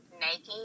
Nike